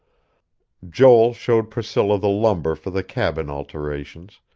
joel showed priscilla the lumber for the cabin alterations,